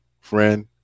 friend